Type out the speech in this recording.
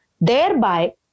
Thereby